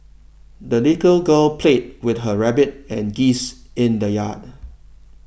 the little girl played with her rabbit and geese in the yard